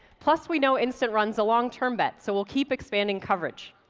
plus we know instant run's a long-term bet so we'll keep expanding coverage.